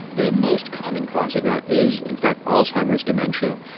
the most common cause of that is, in fact, alzheimer's, dementia,